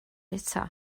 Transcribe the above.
eto